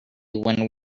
when